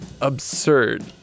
absurd